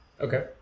okay